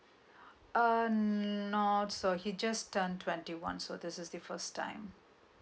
uh not so he just turned twenty one so this is the first time